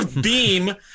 beam